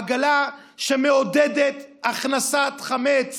עגלה שמעודדת הכנסת חמץ